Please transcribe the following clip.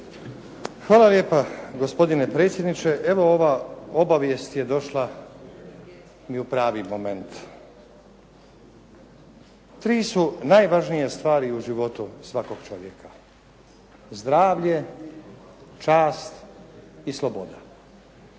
Hvala lijepa gospodine predsjedniče. Evo, ova obavijest je došla mi u pravi moment. Tri su najvažnije stvari u životu svakog čovjeka. Zdravlje, čast i sloboda.